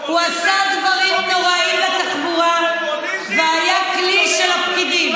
הוא עשה דברים נוראיים לתחבורה והיה כלי של הפקידים.